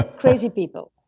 crazy people.